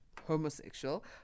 homosexual